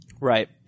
Right